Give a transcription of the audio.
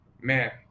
man